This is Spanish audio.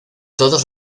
todos